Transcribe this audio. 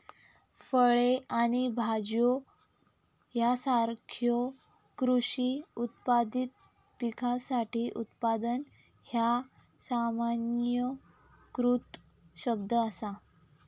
फळे आणि भाज्यो यासारख्यो कृषी उत्पादित पिकासाठी उत्पादन ह्या सामान्यीकृत शब्द असा